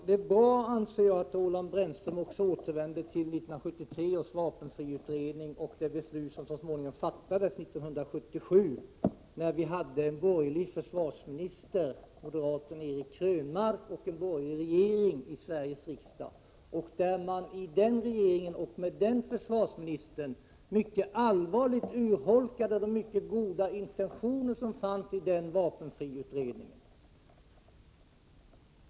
Herr talman! Det är bra att Roland Brännström också återvänder till 1973 års vapenfriutredning och det beslut som så småningom fattades 1977 när vi hade en borgerlig försvarsminister, moderaten Eric Krönmark, och en borgerlig regering i Sverige. I den regeringen och med den försvarsministern urholkades mycket allvarligt de goda intentioner som fanns i vapenfriutredningen.